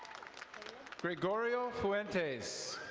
gregorio fuentes.